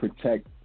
protect